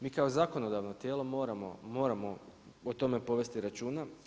Mi kao zakonodavno tijelo moramo o tome povesti računa.